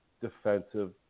defensive